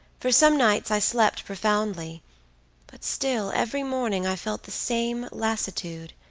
for some nights i slept profoundly but still every morning i felt the same lassitude,